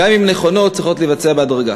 גם אם הן נכונות, צריכים להתבצע בהדרגה.